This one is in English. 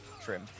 trim